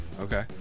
Okay